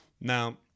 Now